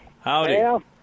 Howdy